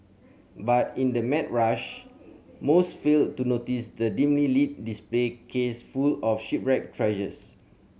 but in the mad rush most fail to notice the dimly display case full of shipwreck treasures